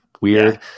weird